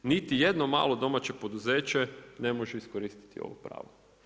Niti jedno malo domaće poduzeće ne može iskoristiti ovo pravo.